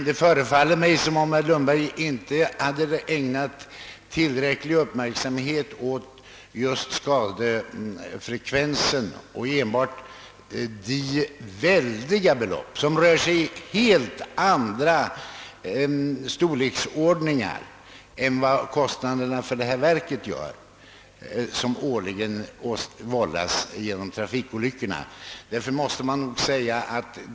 Det förefaller mig som om herr Lundberg inte hade ägnat tillräcklig uppmärksamhet åt denna höga skadefrekvens. Enbart de väldiga belopp som trafikolyckorna årligen kostar är av en helt annan storleksordning än kostnaderna för det nya ämbetsverket.